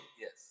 yes